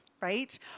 right